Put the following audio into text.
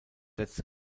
letzte